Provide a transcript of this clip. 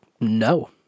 no